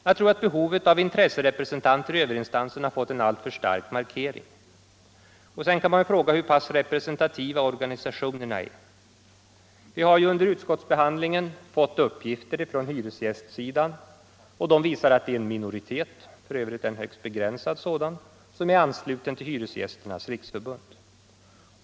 Jag tror att behovet av intresserepresentanter i överinstansen har fått en allför stark markering. Sedan kan man ju fråga hur pass representativa organisationerna är. Vi har under utskottsbehandlingen fått uppgifter från hyresgästsidan, och de visar att det är en minoritet — för övrigt en begränsad sådan — som är ansluten till Hyresgästernas riksförbund.